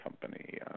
company